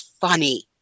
funny